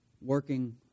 working